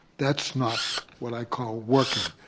that's not what i call working.